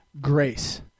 grace